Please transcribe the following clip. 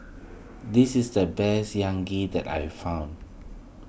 this is the best that I find